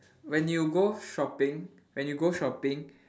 when you go shopping when you go shopping